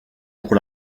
pour